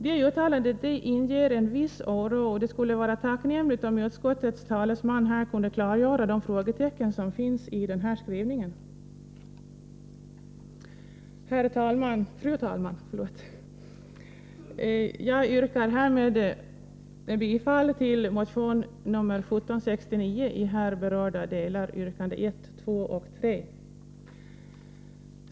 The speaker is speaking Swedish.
Detta uttalande inger en viss oro, och det skulle vara tacknämligt om utskottets talesman här kunde klargöra de frågetecken som finns i denna skrivning. Fru talman! Jag yrkar härmed bifall till motion 1769 i här berörda delar yrkandena 1, 2 och 3.